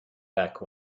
back